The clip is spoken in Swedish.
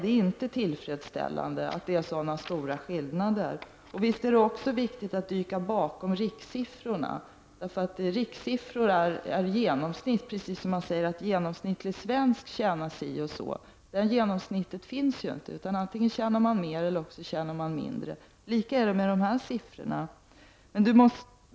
Det är inte tillfredsställande att det är så stora skillnader. Det är också viktigt att dyka bakom rikssiffrorna. Rikssiffror betecknar ett genomsnitt, på samma sätt som man säger att den genomsnittliga inkomsten för en svensk är si eller så hög. Ett sådant genomsnitt finns ju inte. Antingen tjänar man mer, eller också tjänar man mindre. Det förhåller sig likadant med dessa siffror.